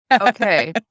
Okay